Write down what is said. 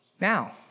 Now